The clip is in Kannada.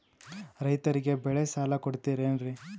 ರೈತರಿಗೆ ಬೆಳೆ ಸಾಲ ಕೊಡ್ತಿರೇನ್ರಿ?